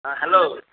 hello